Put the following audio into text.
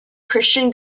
christian